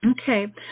Okay